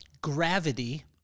gravity